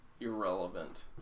irrelevant